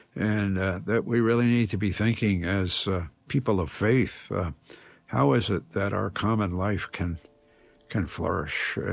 and that we really need to be thinking as people of faith how is it that our common life can can flourish?